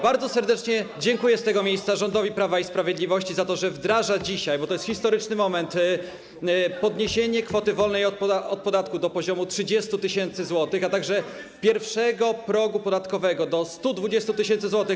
Bardzo serdecznie dziękuję z tego miejsca rządowi Prawa i Sprawiedliwości za to, że wdraża dzisiaj - to jest historyczny moment - podniesienie kwoty wolnej od podatku do poziomu 30 tys. zł, a także pierwszego progu podatkowego do 120 tys. zł.